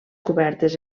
cobertes